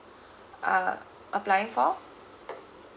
are applying for